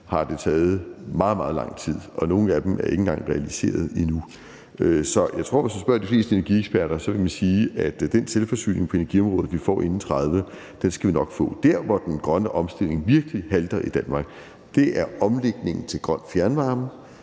har det taget meget, meget lang tid, og nogle af dem er ikke engang realiseret endnu. Så jeg tror, at hvis man spørger de fleste energieksperter, vil de sige, at den selvforsyning på energiområdet, vi skal have inden 2030, skal vi nok få. Der, hvor den grønne omstilling virkelig halter i Danmark, er i forhold til omlægningen til grøn fjernvarme,